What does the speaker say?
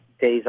days